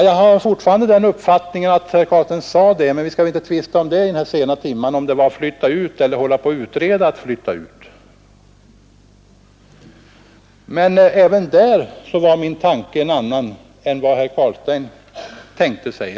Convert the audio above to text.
Jag har fortfarande den uppfattningen att herr Carlstein sade det, men vi skall väl inte i denna sena timme tvista om huruvida det var ”flytta ut” eller ”hålla på att utreda att flytta ut”. Även därvidlag var min slutsats en annan än herr Carlstein tänkte sig.